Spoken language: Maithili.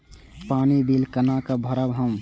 पानी बील केना भरब हम?